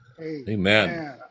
amen